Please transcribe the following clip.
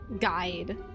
guide